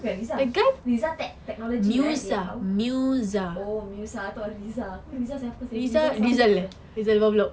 kan rizal rizal tech~ technology right they how oh mirza I thought riza aku riza siapa seh riza sounds common